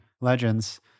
legends